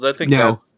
No